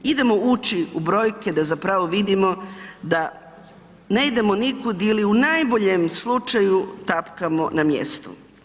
Idemo ući u brojke da zapravo vidimo da ne idemo nikud ili u najboljem slučaju tapkamo na mjestu.